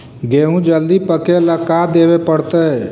गेहूं जल्दी पके ल का देबे पड़तै?